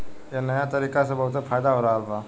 ए नया तरीका से बहुत फायदा हो रहल बा